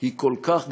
כל כך גדולה.